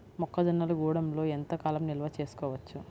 మొక్క జొన్నలు గూడంలో ఎంత కాలం నిల్వ చేసుకోవచ్చు?